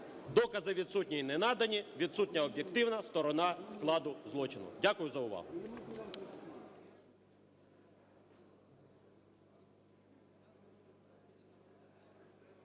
"докази відсутні і не надані, відсутня об'єктивна сторона складу злочину". Дякую за увагу.